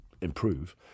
improve